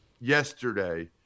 yesterday